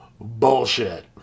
Bullshit